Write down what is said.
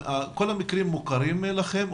כל המקרים מוכרים לכם,